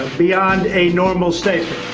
ah beyond a normal statement